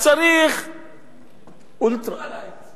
"אולטרה לייט".